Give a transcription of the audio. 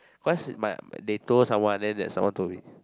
cause my they told someone then that someone told me